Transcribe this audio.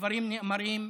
הדברים נאמרים,